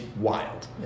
wild